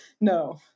no